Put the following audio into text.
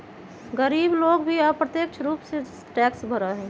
गरीब लोग भी अप्रत्यक्ष रूप से टैक्स भरा हई